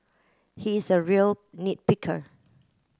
he is a real nit picker